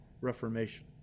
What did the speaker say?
Reformation